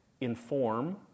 inform